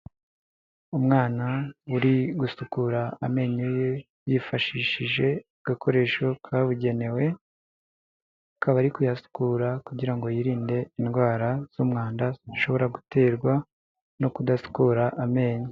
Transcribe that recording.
Umwana uri gusukura amenyo ye yifashishije agakoresho kabugenewe, akaba ari kuyasukura kugira ngo yirinde indwara z'umwanda zishobora guterwa no kudasukura amenyo.